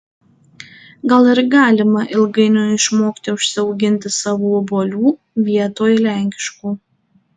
gal ir galima ilgainiui išmokti užsiauginti savų obuolių vietoj lenkiškų